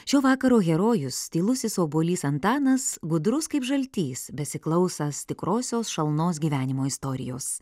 šio vakaro herojus tylusis obuolys antanas gudrus kaip žaltys besiklausąs tikrosios šalnos gyvenimo istorijos